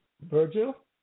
Virgil